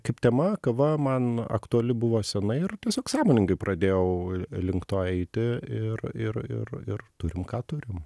kaip tema kava man aktuali buvo senai ir tiesiog sąmoningai pradėjau link to eiti ir ir ir ir turim ką turim